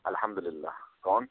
الحمد للہ کون